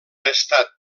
estat